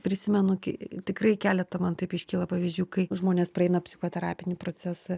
prisimenu kai tikrai keleta man taip iškyla pavyzdžių kai žmonės praeina psichoterapinį procesą